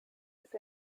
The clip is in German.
ist